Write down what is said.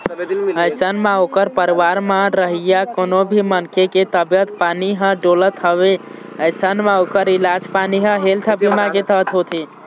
अइसन म ओखर परिवार म रहइया कोनो भी मनखे के तबीयत पानी ह डोलत हवय अइसन म ओखर इलाज पानी ह हेल्थ बीमा के तहत होथे